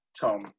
Tom